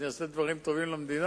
אני אעשה דברים טובים למדינה,